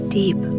deep